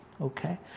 Okay